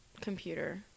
Computer